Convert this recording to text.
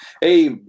hey